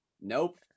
nope